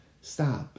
Stop